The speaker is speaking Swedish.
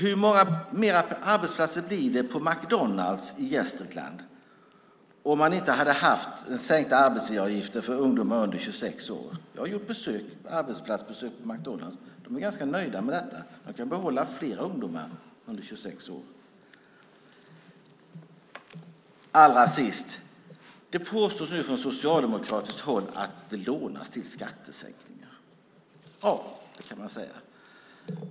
Hur många arbetsplatser hade det blivit på McDonalds i Gävleborg om man inte hade haft den sänkta arbetsgivaravgiften för ungdomar under 26 år? Jag har gjort arbetsplatsbesök på McDonalds. Där är man ganska nöjd med detta, för man kan behålla fler ungdomar under 26 år. Det påstås från socialdemokratiskt håll att det lånas till skattesänkningar. Ja, det kan man säga.